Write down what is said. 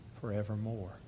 forevermore